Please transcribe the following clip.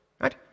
right